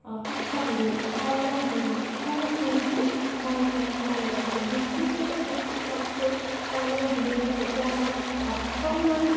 পিঠাগুৰি চাউলৰ গুৰি চাউলৰ গুৰিটো মই ঘৰৰপৰা লৈ আহোঁ বিস্কিটজাতীয় বস্তু খোৱাতকৈ চাউলৰ গুৰিৰে যেতিয়া মই অকণমান